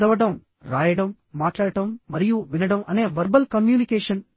చదవడం రాయడం మాట్లాడటం మరియు వినడం అనే వర్బల్ కమ్యూనికేషన్